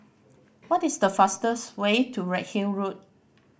what is the fastest way to Redhill Road